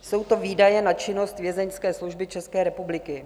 Jsou to výdaje na činnost Vězeňské služby České republiky.